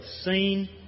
seen